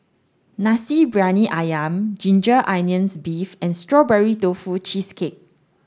Nasi Briyani Ayam ginger onions beef and strawberry tofu cheesecake